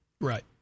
Right